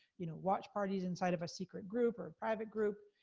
you know watch parties inside of a secret group, or private group.